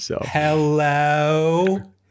Hello